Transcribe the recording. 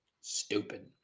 Stupid